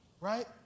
right